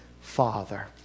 father